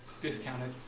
discounted